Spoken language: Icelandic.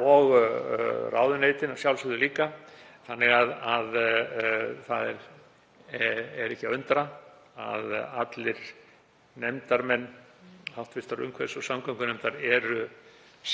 og ráðuneytin að sjálfsögðu líka, þannig að það er ekki að undra að allir nefndarmenn hv. umhverfis- og samgöngunefndar séu